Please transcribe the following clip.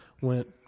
went